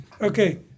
Okay